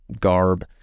garb